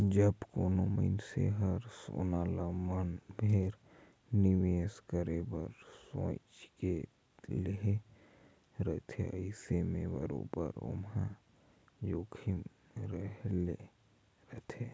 जब कोनो मइनसे हर सोना ल मन भेर निवेस करे बर सोंएच के लेहे रहथे अइसे में बरोबेर ओम्हां जोखिम रहले रहथे